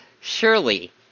surely